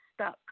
stuck